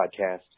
podcast